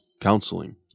counseling